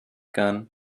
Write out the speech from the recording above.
gun